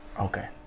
Okay